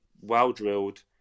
well-drilled